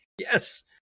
Yes